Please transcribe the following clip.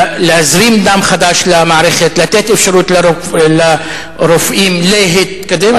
להזרים דם חדש למערכת, לתת אפשרות לרופאים להתקדם.